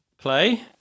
play